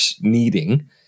needing